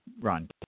Ron